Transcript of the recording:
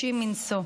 קשים מנשוא.